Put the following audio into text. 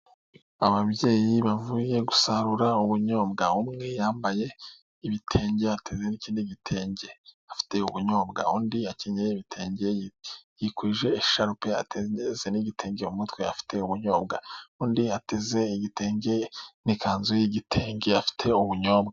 Ababyeyi bavuye gusarura ubunyobwa umwe yambaye ibitenge ateze n'ikindi gitenge afite ubunyobwa, undi akenye ibitenge yikuje esharupe ateze n'igitenge mu mutwe afite ubunyobwa, undi ateze igitenge n'ikanzu y'igitenge afite ubunyobwa.